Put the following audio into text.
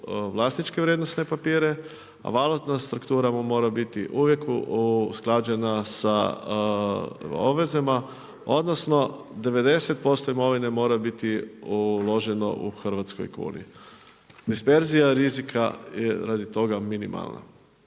vlasničke vrijednosne papire, a valutna struktura mu mora biti uvijek usklađena sa obvezama, odnosno, 90% imovine mora uloženo u hrvatskoj kuni. Disperzija rizika je radi toga minimalna.